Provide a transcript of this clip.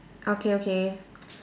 okay okay